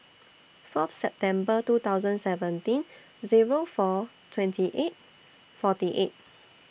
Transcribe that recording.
Fourth September two thousand seventeen Zero four twenty eight forty eight